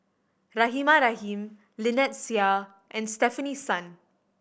Rahimah Rahim Lynnette Seah and Stefanie Sun